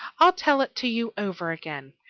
i'll tell it to you over again.